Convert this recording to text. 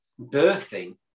birthing